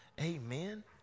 Amen